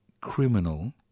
criminal